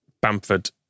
Bamford